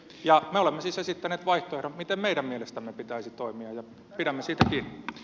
ja me olemme siis esittäneet vaihtoehdon miten meidän mielestämme pitäisi toimia ja pidämme siitä kiinni